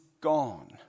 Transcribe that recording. gone